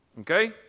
okay